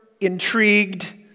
intrigued